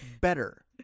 better